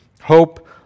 hope